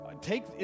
take